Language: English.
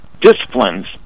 disciplines